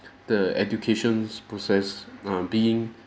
the educations process um being